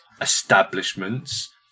establishments